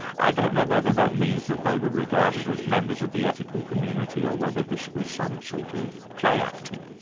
i don't know whether that means that they were regarded as members of the ethical community or whether this was some sort of play-acting.